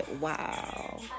Wow